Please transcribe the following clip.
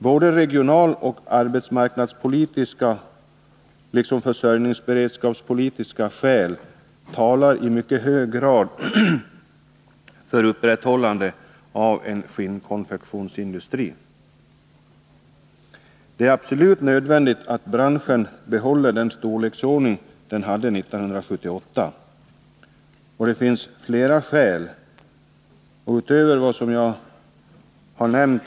Både regionala och arbetsmarknadspolitiska liksom försörjningsberedskapspolitiska skäl talar i mycket hög grad för upprätthållande av en skinnkonfektionsindustri. Det är absolut nödvändigt att branschen behåller den storlek den hade 1978. Det finns flera skäl utöver dem jag har nämnt.